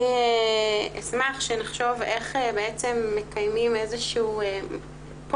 אשמחה שנחשוב איך בעצם מקיימים איזה שהוא,